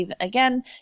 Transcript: again